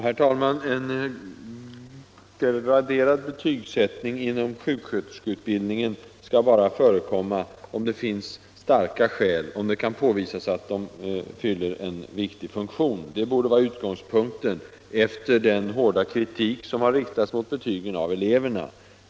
Herr talman! En graderad betygsättning inom sjuksköterskeutbildningen skall bara förekomma om det finns starka skäl och om det kan påvisas att den fyller en viktig funktion. Det borde vara utgångspunkten efter den hårda kritik som eleverna har riktat mot betygen.